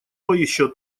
еще